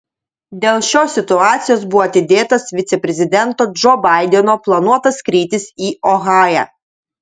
dėl šios situacijos buvo atidėtas viceprezidento džo baideno planuotas skrydis į ohają